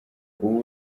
ubu